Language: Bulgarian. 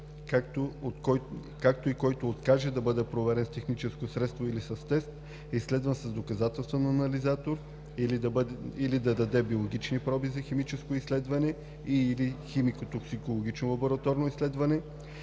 както и който откаже да бъде проверен с техническо средство или с тест, изследван с доказателствен анализатор или да даде биологични проби за химическо изследване и/или химико-токсикологично лабораторно изследване